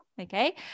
Okay